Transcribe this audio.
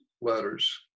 letters